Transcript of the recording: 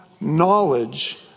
knowledge